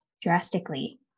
drastically